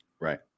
Right